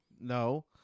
No